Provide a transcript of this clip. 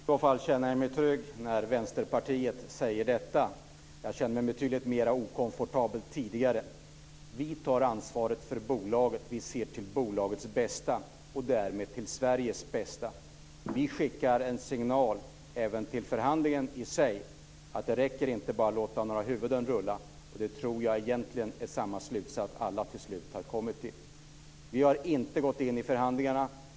Fru talman! I så fall känner jag mig trygg när Vänsterpartiet säger detta. Jag kände mig betydligt mindre okomfortabel tidigare. Vi tar ansvaret för bolaget, vi ser till bolagets bästa och därmed till Sveriges bästa. Vi skickar en signal även till förhandlingen i sig, att det inte räcker bara med att låta några huvuden rulla. Det tror jag egentligen är samma slutsats som alla till slut har kommit fram till. Vi har inte gått in i förhandlingarna.